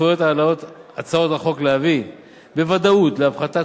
צפויות הצעות החוק להביא בוודאות להפחתת